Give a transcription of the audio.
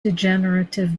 degenerative